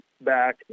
back